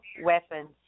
weapons